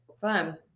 Fun